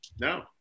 No